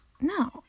no